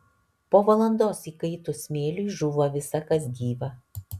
po valandos įkaitus smėliui žūva visa kas gyva